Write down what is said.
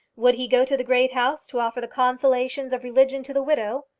would he go to the great house to offer the consolations of religion to the widow?